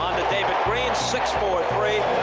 david green. six, four, three,